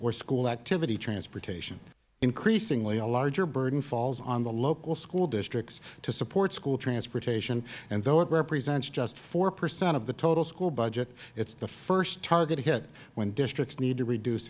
or school activity transportation increasingly a larger burden falls on the local school districts to support school transportation and though it represents just four percent of the total school budget it is the first target hit when districts need to reduce